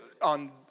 on